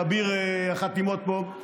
אביר החתימות פה.